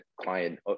client